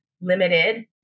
limited